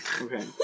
Okay